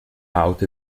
out